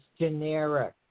generic